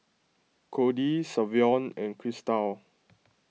Codie Savion and Christel